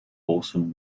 orson